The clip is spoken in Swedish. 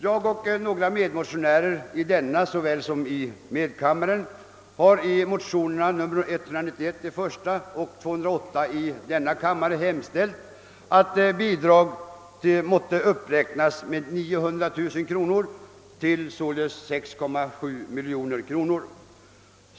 Jag och många medmotionärer i denna kammare såväl som i medkammaren har i motionerna 1I:191 och II:208 hemställt att bidraget måtte uppräknas med 900 000 kronor till 6,7 miljoner kronor.